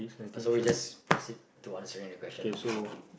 uh so we just proceed to answering the question lah basically